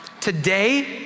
today